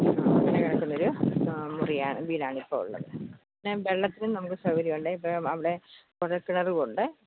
ആ അങ്ങനെ കിടക്കുന്ന ഒരു മുറിയാണ് വീടാണ് ഇപ്പോൾ ഉള്ളത് പിന്നെ വെള്ളത്തിനും നമുക്ക് സൗകര്യമുണ്ട് ഇപ്പം അവിടെ കുഴൽ കിണറുമുണ്ട്